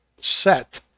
set